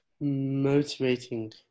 motivating